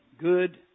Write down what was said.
Good